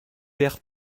perd